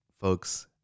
folks